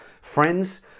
Friends